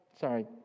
sorry